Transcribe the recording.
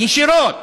ידעתי